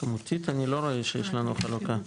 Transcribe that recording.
כמותית אני לא רואה שיש לנו חלוקה.